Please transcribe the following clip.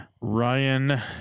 Ryan